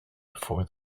before